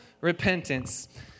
repentance